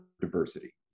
diversity